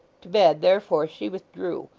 to bed therefore she withdrew,